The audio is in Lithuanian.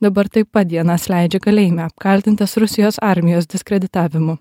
dabar taip pat dienas leidžia kalėjime apkaltintas rusijos armijos diskreditavimu